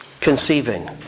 conceiving